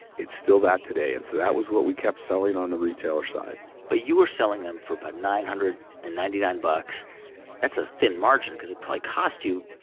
it's still that today. and so that was what we kept selling on the retailer side but you were selling them for about nine hundred and ninety nine bucks that's a thin margin because it probably cost you.